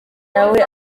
nawe